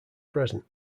present